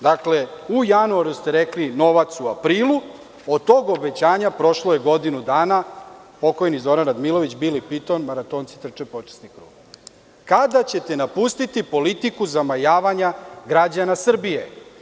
Dakle, u januaru ste rekli, novac u aprilu, od tog obećanja prošlo je godinu dana, pokojni Zoran Radmilović, Bili Piton, Maratonci trče počasni krug, kada ćete napustiti politiku zamajavanja građana Srbije?